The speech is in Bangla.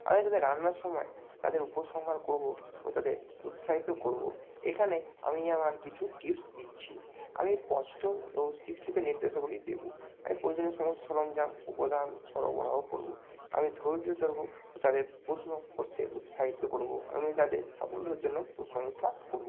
আমি তাদের রান্নার সময় তাদের উপসংহার করবো ও তাদের উৎসাহিত করবো এখানে আমি আমার কিছু টিপস দিচ্ছি আমি পষ্ট ও শিক্ষিত নির্দেশাবলি দেবো আমি প্রয়োজনীয় সমস্ত সরঞ্জাম উপাদান সরবরাহ করবো আমি ধৈর্য ধরবো ও তাদের প্রশ্ন করতে উৎসাহিত করবো আমি তাদের সাফল্যতার জন্য প্রশংসা করবো